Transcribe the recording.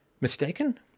mistaken